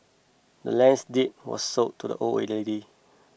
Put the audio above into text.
the land's deed was sold to the old lady